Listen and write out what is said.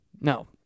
No